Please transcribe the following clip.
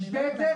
רעל, תשתה את זה?